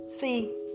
See